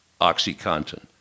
OxyContin